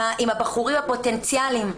עם הבחורים פוטנציאליים,